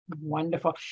Wonderful